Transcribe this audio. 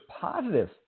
positive